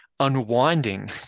unwinding